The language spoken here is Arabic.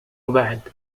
بعد